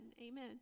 amen